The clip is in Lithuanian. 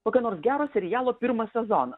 kokio nors gero serialo pirmą sezoną